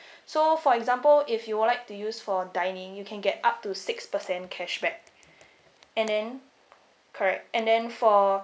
so for example if you would like to use for dining you can get up to six percent cashback and then correct and then for